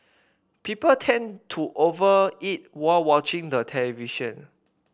people tend to over eat while watching the television